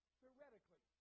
theoretically